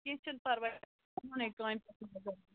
کیٚنٛہہ چھُنہٕ پَرواے پانَے کامہِ پٮ۪ٹھ